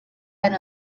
and